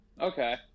Okay